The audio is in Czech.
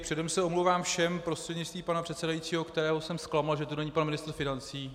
Předem se omlouvám všem prostřednictvím pana předsedajícího, které jsem zklamal, že tu není pan ministr financí.